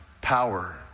power